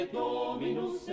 dominus